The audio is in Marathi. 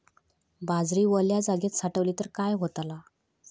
बाजरी वल्या जागेत साठवली तर काय होताला?